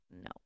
no